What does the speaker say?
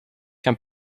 can